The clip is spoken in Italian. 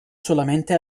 solamente